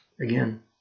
Again